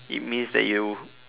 it means that you